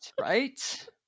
Right